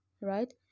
right